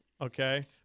Okay